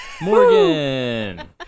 Morgan